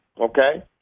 Okay